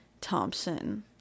Thompson